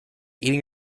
eating